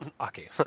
okay